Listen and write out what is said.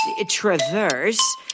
traverse